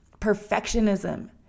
perfectionism